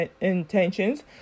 intentions